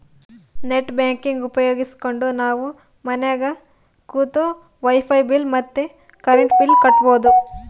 net banking ಉಪಯೋಗಿಸ್ಕೆಂಡು ನಾವು ಮನ್ಯಾಗ ಕುಂತು ವೈಫೈ ಬಿಲ್ ಮತ್ತೆ ಕರೆಂಟ್ ಬಿಲ್ ಕಟ್ಬೋದು